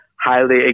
highly